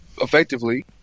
effectively